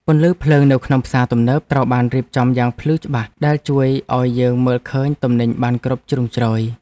ពន្លឺភ្លើងនៅក្នុងផ្សារទំនើបត្រូវបានរៀបចំយ៉ាងភ្លឺច្បាស់ដែលជួយឱ្យយើងមើលឃើញទំនិញបានគ្រប់ជ្រុងជ្រោយ។